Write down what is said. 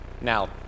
Now